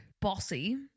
Bossy